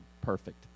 perfect